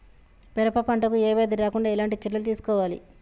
పెరప పంట కు ఏ వ్యాధి రాకుండా ఎలాంటి చర్యలు తీసుకోవాలి?